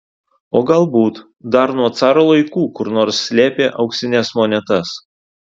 o galbūt dar nuo caro laikų kur nors slėpė auksines monetas